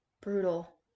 brutal